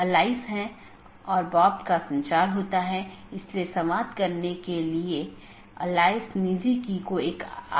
एक AS traffic की निश्चित श्रेणी के लिए एक विशेष AS पाथ का उपयोग करने के लिए ट्रैफिक को अनुकूलित कर सकता है